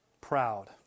Proud